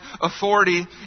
authority